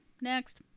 Next